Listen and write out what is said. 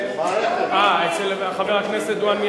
אה, אצל חבר הכנסת דואן.